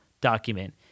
document